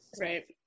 Right